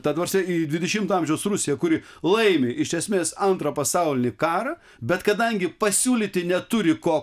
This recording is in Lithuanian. ta prasme į dvidešimto amžiaus rusiją kuri laimi iš esmės antrą pasaulinį karą bet kadangi pasiūlyti neturi ko